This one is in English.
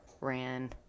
ran